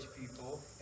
people